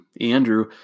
Andrew